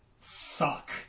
suck